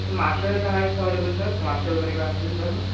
मासे वगैरे काय आहेत का अव्हेलेबल सर मासे वगैरे काय असतील तर